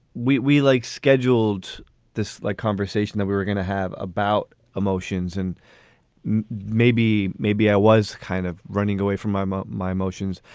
we we like scheduled this like conversation that we were going to have about emotions. and maybe maybe i was kind of running away from my mom. my emotions,